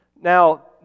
Now